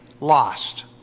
lost